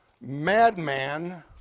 madman